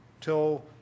till